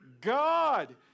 God